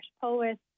poets